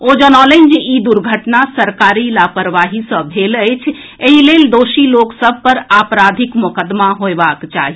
ओ जनौलनि जे ई दुर्घटना सरकारी लापरवाही सॅ भेल अछि एहि लेल दोषी लोक सभ पर आपराधिक मोकदमा होएबाक चाहि